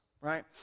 right